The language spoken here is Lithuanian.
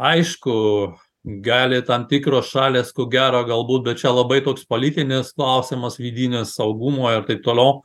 aišku gali tam tikros šalys ko gero galbūt bet čia labai toks politinis klausimas vidinio saugumo ir taip toliau